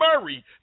Murray